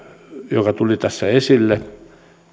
tuli tässä esille